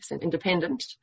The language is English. independent